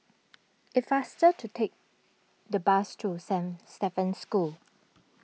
it is faster to take the bus to Saint Stephen's School